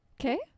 Okay